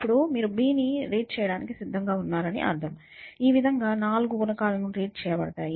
ఇప్పుడు మీరు b ని చదవడానికి సిద్ధంగా ఉన్నారు అని అర్థం ఈ విధంగా నాలుగు గుణకాలు రీడ్ చేయబడతాయి